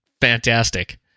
fantastic